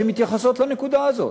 שמתייחסות לנקודה הזאת,